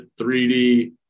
3D